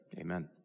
amen